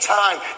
time